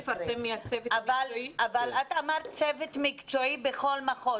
את אמרת צוות מקצועי בכל מחוז.